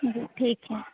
जी ठीक है